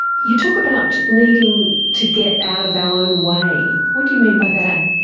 you talk about needing to get out of our own way. what you mean by that?